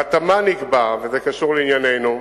בהתאמה נקבע, וזה קשור לענייננו,